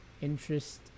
interest